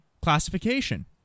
classification